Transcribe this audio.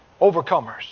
Overcomers